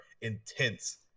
intense